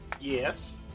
Yes